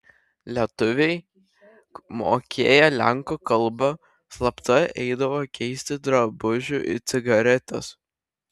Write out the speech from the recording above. lietuviai mokėję lenkų kalbą slapta eidavo keisti drabužių į cigaretes